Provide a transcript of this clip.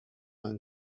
and